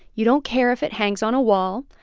you don't care if it hangs on a wall.